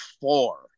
four